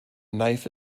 knife